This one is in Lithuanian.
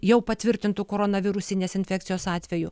jau patvirtintu koronavirusinės infekcijos atveju